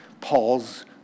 Paul's